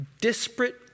disparate